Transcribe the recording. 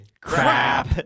crap